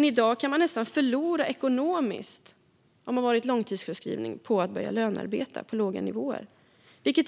I dag kan man om man varit långtidssjukskriven nästan förlora ekonomiskt på att börja lönearbeta på låga nivåer.